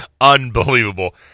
unbelievable